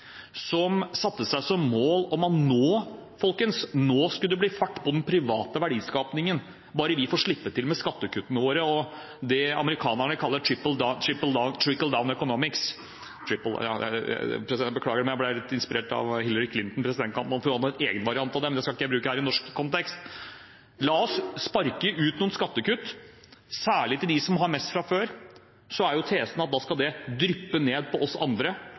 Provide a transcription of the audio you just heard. som satte seg som mål at nå skal det bli fart på den private verdiskapingen, bare vi slipper til med skattekuttene våre og det amerikanerne kaller «Triple-down», nei «Trickle-down economics» – beklager, men jeg ble litt inspirert av presidentkandidat Hillary Clinton, for hun hadde en egen variant av det, men det skal jeg ikke bruke her i norsk kontekst – la oss sparke ut noen skattekutt, særlig til dem som har mest fra før, for tesen er at det skal dryppe ned på oss andre,